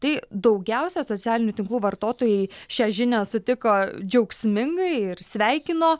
tai daugiausia socialinių tinklų vartotojai šią žinią sutiko džiaugsmingai ir sveikino